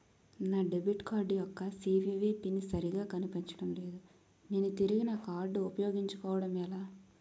నా debit card యెక్క CVV PIN సరిగా కనిపించడం లేదు నేను తిరిగి నా కార్డ్ఉ పయోగించుకోవడం ఎలా?